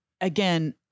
again